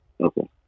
Okay